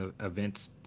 events